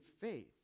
faith